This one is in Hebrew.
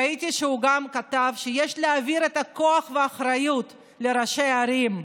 ראיתי שהוא גם כתב שיש להעביר את הכוח והאחריות לראשי הערים.